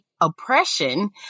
oppression